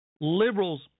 liberals